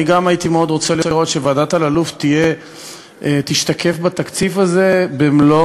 אני גם הייתי מאוד רוצה לראות שוועדת אלאלוף תשתקף בתקציב הזה במלוא,